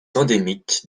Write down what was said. endémique